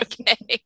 okay